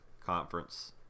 conference